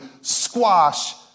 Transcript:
squash